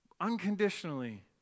unconditionally